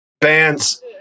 bands